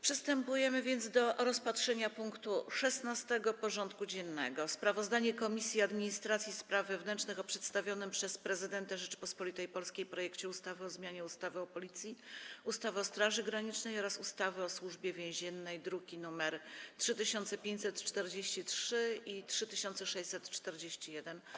Przystępujemy do rozpatrzenia punktu 16. porządku dziennego: Sprawozdanie Komisji Administracji i Spraw Wewnętrznych o przedstawionym przez Prezydenta Rzeczypospolitej Polskiej projekcie ustawy o zmianie ustawy o Policji, ustawy o Straży Granicznej oraz ustawy o Służbie Więziennej (druki nr 3543 i 3641)